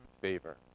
favor